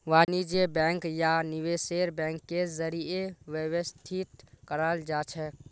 वाणिज्य बैंक या निवेश बैंकेर जरीए व्यवस्थित कराल जाछेक